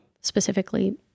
specifically